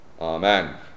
Amen